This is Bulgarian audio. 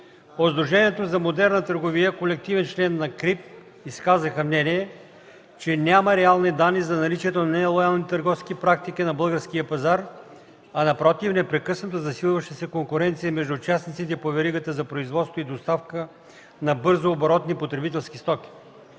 Сдружението за модерна търговия, колективен член на КРИБ, изказаха мнение, че няма реални данни за наличието на нелоялни търговски практики на българския пазар, а напротив – непрекъснато засилваща се конкуренция между участниците по веригата за производство и доставка на бързооборотни потребителски стоки.